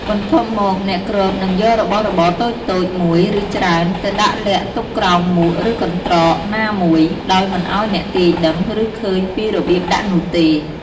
បន្ទាប់មក អ្នកគ្របនឹងយករបស់របរតូចៗ មួយ ឬច្រើន ទៅដាក់លាក់ទុកក្រោមមួកឬកន្ត្រកណាមួយ ដោយមិនឱ្យអ្នកទាយដឹង ឬឃើញពីរបៀបដាក់នោះទេ។